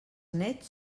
néts